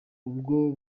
ubwo